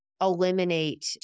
eliminate